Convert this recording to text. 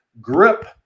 grip